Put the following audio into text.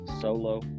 Solo